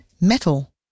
metal